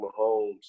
Mahomes